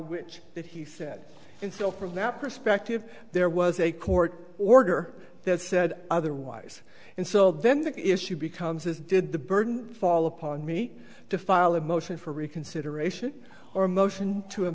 which that he said can still from that perspective there was a court order that said otherwise and so then the issue becomes is did the burden fall upon me to file a motion for reconsideration or a motion to